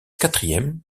quatrième